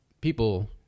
people